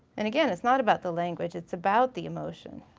and again it's not about the language, it's about the emotion.